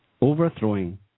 overthrowing